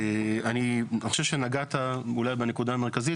אני חושב שנגעת אולי בנקודה המרכזית